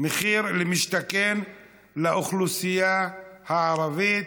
מחיר למשתכן לאוכלוסייה הערבית,